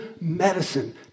medicine